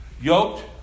Yoked